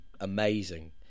amazing